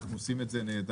אנחנו עושים את זה נהדר,